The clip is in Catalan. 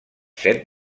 set